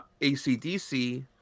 ACDC